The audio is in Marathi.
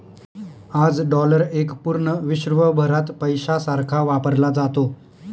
आज डॉलर एक पूर्ण विश्वभरात पैशासारखा वापरला जातो